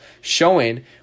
showing